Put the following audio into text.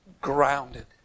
grounded